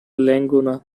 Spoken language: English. laguna